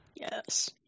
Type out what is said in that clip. Yes